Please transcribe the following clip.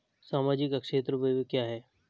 सामाजिक क्षेत्र व्यय क्या है?